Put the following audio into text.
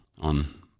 on